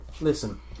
listen